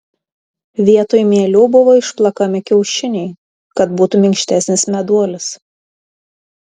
vietoj mielių buvo išplakami kiaušiniai kad būtų minkštesnis meduolis